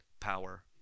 power